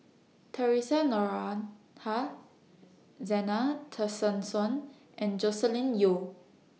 Theresa Noronha Zena Tessensohn and Joscelin Yeo